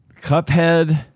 Cuphead